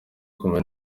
kumwe